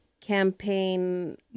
campaign